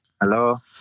Hello